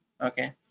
okay